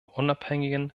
unabhängigen